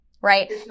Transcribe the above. right